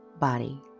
body